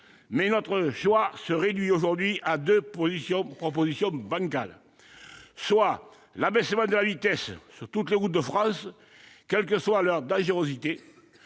mais notre choix se réduit aujourd'hui à deux propositions bancales : soit l'abaissement de la vitesse sur toutes les routes de France, quelle que soit leur dangerosité